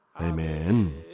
Amen